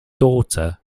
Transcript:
daughter